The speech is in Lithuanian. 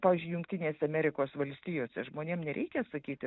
pavyzdžiui jungtinės amerikos valstijose žmonėm nereikia sakyti